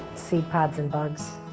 seed pods and bugs.